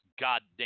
goddamn